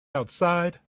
outside